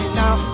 now